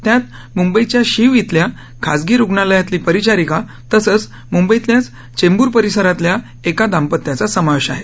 त्यात मुंबईच्या शीव इथल्या खाजगी रुग्णालयातली परिचारिका तसंच मुंबईतल्याच चेंबूर परिसरातल्या एका दाम्पत्याचा समावेश आहे